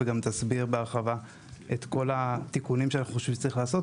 וגם תסביר בהרחבה את כל התיקונים שאנחנו חושבים שצריך לעשות,